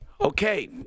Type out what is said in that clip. Okay